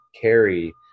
carry